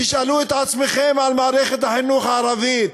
תשאלו את עצמכם על מערכת החינוך הערבית,